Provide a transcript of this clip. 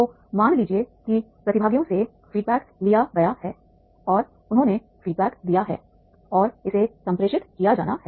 तो मान लीजिए कि प्रतिभागियों से फीडबैक लिया गया है और उन्होंने फीडबैक दिया है और इसे संप्रेषित किया जाना है